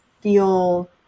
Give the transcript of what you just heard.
feel